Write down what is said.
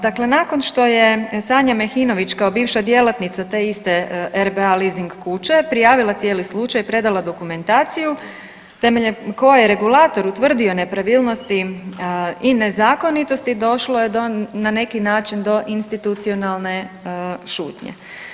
Dakle, nakon što je Sanja Mehinović kao bivša djelatnica te iste RBA leasing kuće prijavila cijeli slučaj, predala dokumentaciju temeljem koje je regulator utvrdio nepravilnosti i nezakonitosti došlo je to na neki način do institucionalne šutnje.